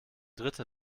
dritte